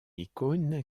icône